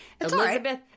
Elizabeth